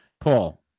Paul